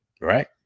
right